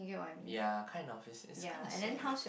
ya kind of is is kind of sad